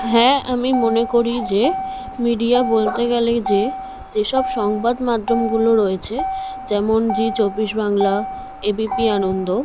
হ্যাঁ আমি মনে করি যে মিডিয়া বলতে গেলেই যে যেসব সংবাদমাধ্যমগুলো রয়েছে যেমন জি চব্বিশ বাংলা এবিপি আনন্দ